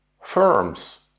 firms